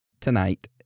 tonight